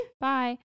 Bye